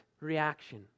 reaction